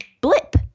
blip